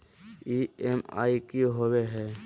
EMI की होवे है?